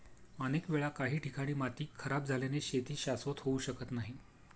अनेक वेळा काही ठिकाणी माती खराब झाल्याने शेती शाश्वत होऊ शकत नाही